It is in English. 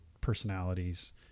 personalities